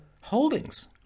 holdings